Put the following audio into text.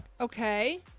Okay